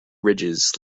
ridges